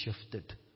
shifted